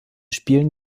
spielen